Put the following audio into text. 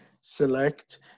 select